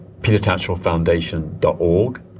petertatchellfoundation.org